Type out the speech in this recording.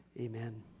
amen